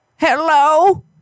Hello